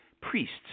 priests